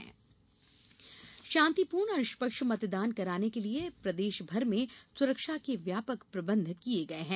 सुरक्षा प्रबंध शांतिपूर्ण और निष्पक्ष मतदान कराने के लिये प्रदेश भर में सुरक्षा के व्यापक प्रबंधक किये गये है